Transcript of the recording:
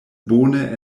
bone